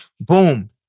boom